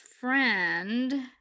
friend